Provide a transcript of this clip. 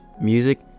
music